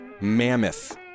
mammoth